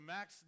Max